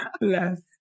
Yes